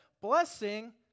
blessing